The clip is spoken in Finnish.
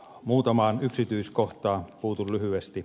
muutamaan yksityiskohtaan puutun lyhyesti